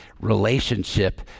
relationship